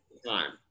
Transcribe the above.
Time